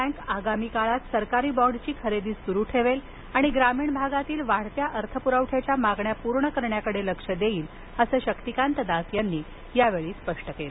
bank आगामी काळात सरकारी बॉंडची खरेदी सुरु ठेवेल आणि ग्रामीण भागातील वाढत्या अर्थपुरवठ्याच्या मागण्या पूर्ण करण्याकडे लक्ष देईल असं शक्तीकांत दास यांनी यावेळी स्पष्ट केलं